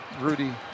Rudy